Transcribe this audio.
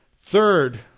Third